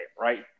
right